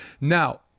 Now